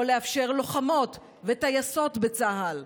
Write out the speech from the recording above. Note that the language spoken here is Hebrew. או לאפשר לוחמות וטייסות בצה"ל,